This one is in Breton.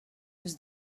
eus